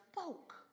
Spoke